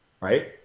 right